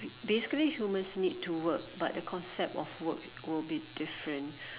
basically humans need to work but the concept of work will be different